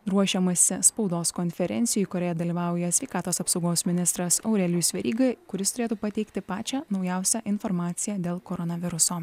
ruošiamasi spaudos konferencijai kurioje dalyvauja sveikatos apsaugos ministras aurelijus veryga kuris turėtų pateikti pačią naujausią informaciją dėl koronaviruso